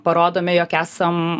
parodome jog esam